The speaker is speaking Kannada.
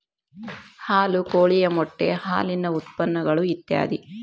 ಹಾಲು ಕೋಳಿಯ ಮೊಟ್ಟೆ ಹಾಲಿನ ಉತ್ಪನ್ನಗಳು ಇತ್ಯಾದಿ